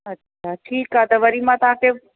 अच्छा ठीकु आहे त वरी मां तव्हांखे